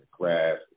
grass